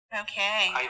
Okay